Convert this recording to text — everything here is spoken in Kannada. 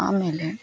ಆಮೇಲೆ